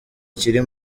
kiri